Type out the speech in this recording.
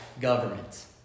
governments